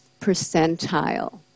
percentile